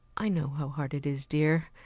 i know how hard it is, dear.